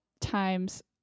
times